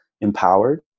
empowered